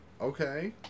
Okay